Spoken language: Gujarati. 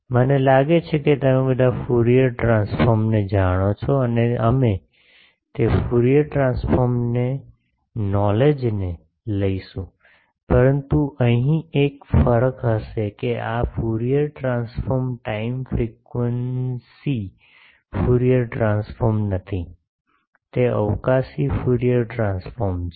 મને લાગે છે કે તમે બધા ફ્યુરીઅર ટ્રાન્સફોર્મને જાણો છો અને અમે તે ફ્યુરિયર ટ્રાન્સફોર્મ નોલેજને લઈશુ પરંતુ અહીં એક ફરક હશે કે આ Fourier transform time frequency Fourier transform નથી તે અવકાશી ફ્યુરિયર ટ્રાન્સફોર્મ છે